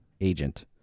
agent